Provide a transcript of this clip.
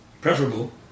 preferable